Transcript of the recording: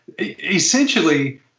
essentially